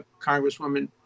Congresswoman